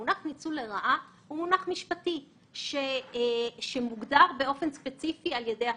המונח "ניצול לרעה" הוא מונח משפטי שמוגדר באופן ספציפי על ידי החוק.